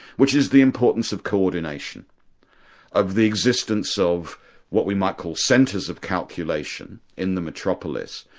which is the importance of co-ordination of the existence of what we might call centres of calculation in the metropolis,